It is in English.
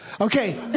Okay